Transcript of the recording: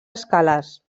escales